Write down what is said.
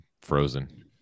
frozen